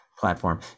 platform